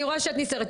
אני רואה שאת נסערת,